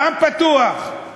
גם פתוח.